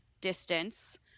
distance